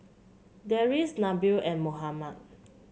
Deris Nabil and Muhammad